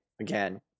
again